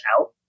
out